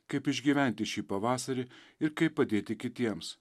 kaip išgyventi šį pavasarį ir kaip padėti kitiems